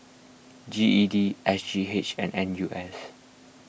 G E D S G H and N U S